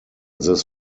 this